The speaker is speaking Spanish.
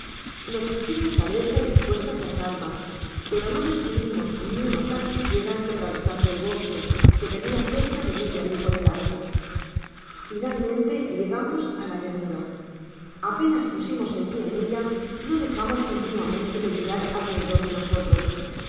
pjos pusimos alerta y dispuestas las armas pero no descubrimos ni uno tan siquiera que atravesase el bos que que tenia cerca de media legua de largo finalmente llegamos á la llanura apenas pusimos el pié en ella no dejamos continuamente de mirar alrededor de nosotros